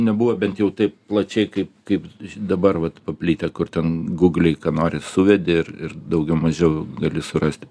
nebuvo bent jau taip plačiai kaip kaip dabar vat paplitęs kur ten guglėj ką nori suvedi ir ir daugiau mažiau gali surasti